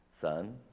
Son